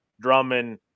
Drummond